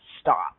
stop